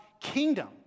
kingdom